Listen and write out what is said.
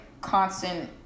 constant